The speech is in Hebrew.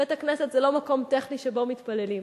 בית-הכנסת זה לא מקום טכני שבו מתפללים.